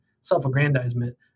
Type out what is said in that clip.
self-aggrandizement